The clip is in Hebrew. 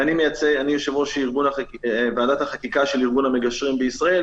אני יושב-ראש ועדת החקיקה של ארגון המגשרים בישראל,